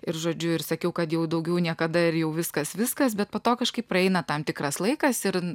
ir žodžiu ir sakiau kad jau daugiau niekada ir jau viskas viskas bet po to kažkaip praeina tam tikras laikas ir